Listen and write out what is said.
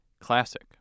Classic